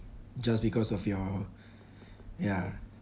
just because of your ya